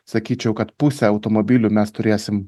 sakyčiau kad pusę automobilių mes turėsim